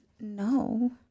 no